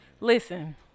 Listen